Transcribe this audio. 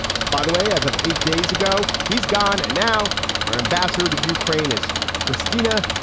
by the way, as of eight days ago, he's gone. and now our ambassador to ukraine is christina.